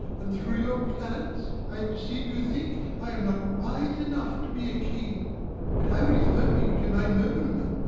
and through your planets i perceive you think i am not wise enough to be a king but i refer me to my noblemen,